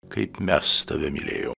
kaip mes tave mylėjo